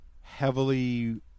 heavily